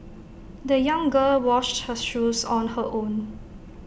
the young girl washed her shoes on her own